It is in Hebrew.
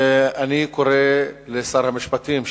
אני קורא לשר המשפטים,